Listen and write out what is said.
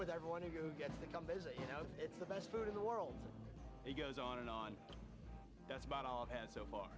with everyone who gets to come visit you know it's the best food in the world he goes on and on that's about all and so far